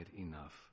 enough